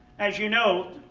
as you know,